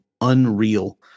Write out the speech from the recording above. unreal